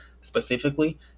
Specifically